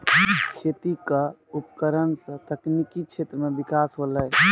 खेती क उपकरण सें तकनीकी क्षेत्र में बिकास होलय